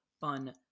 fun